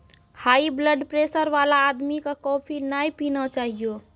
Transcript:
high blood pressure वाला आदमी कॅ कॉफी नय पीना चाहियो